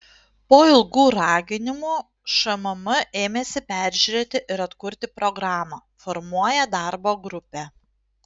po ilgų raginimų šmm ėmėsi peržiūrėti ir atkurti programą formuoja darbo grupę